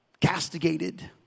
castigated